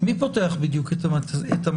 מי פותח בדיוק את המצלמה?